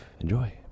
Enjoy